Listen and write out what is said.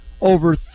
over